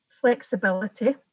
flexibility